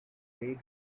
bread